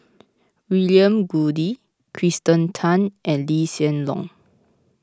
William Goode Kirsten Tan and Lee Hsien Loong